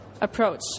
approach